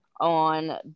On